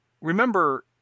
remember